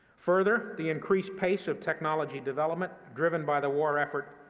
further, the increased pace of technology development, driven by the war effort,